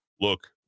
Look